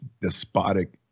despotic